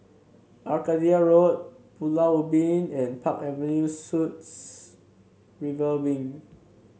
Arcadia Road Pulau Ubin and Park Avenue Suites River Wing